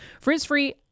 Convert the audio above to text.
Frizz-free